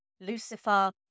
Lucifer